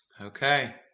Okay